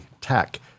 tech